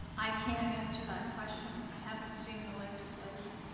i can't answer that question. i haven't seen the legislation.